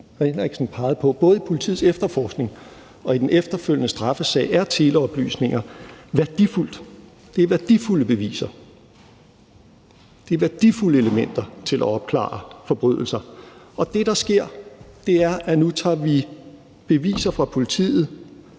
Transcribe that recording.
er nemlig både i politiets efterforskning og i den efterfølgende straffesag værdifulde. Det er værdifulde beviser, og det er værdifulde elementer til at opklare forbrydelser. Og det, der sker, er, at vi nu tager en mulighed for at